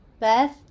Beth